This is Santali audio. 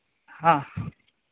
ᱦᱮᱸ